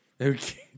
Okay